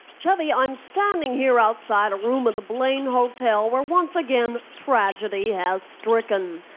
chevy, i'm standing here outside a room at the blaine hotel, where once again, tragedy has stricken.